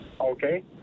Okay